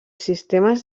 sistemes